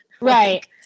right